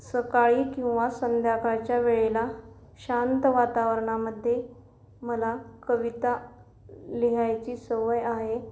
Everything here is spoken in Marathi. सकाळी किंवा संध्याकाळच्या वेळेला शांत वातावरणामध्ये मला कविता लिहायची सवय आहे